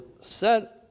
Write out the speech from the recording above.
set